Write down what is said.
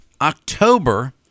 October